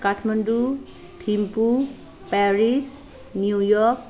Kathmandu Thimphu Paris New York